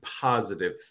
positive